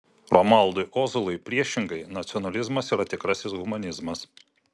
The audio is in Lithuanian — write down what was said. romualdui ozolui priešingai nacionalizmas yra tikrasis humanizmas